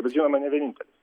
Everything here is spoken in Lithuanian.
bet žinoma ne vienintelis